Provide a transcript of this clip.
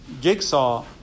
jigsaw